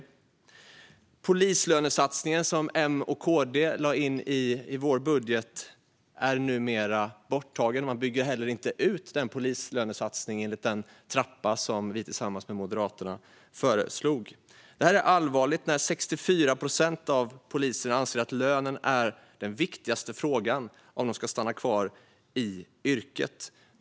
Den polislönesatsning som vi i KD tillsammans med M lade in i vår budget är numera borttagen. Man bygger inte heller ut polislönesatsningen enligt den trappa som vi föreslog tillsammans med Moderaterna. Det är allvarligt när 64 procent av poliserna anser att lönen är den viktigaste frågan för om de ska stanna kvar i yrket.